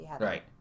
right